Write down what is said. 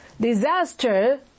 Disaster